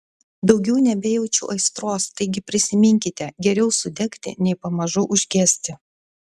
daugiau nebejaučiu aistros taigi prisiminkite geriau sudegti nei pamažu užgesti